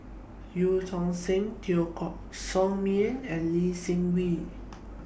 EU Tong Sen Teo Koh Sock Miang and Lee Seng Wee